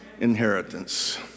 inheritance